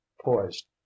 poised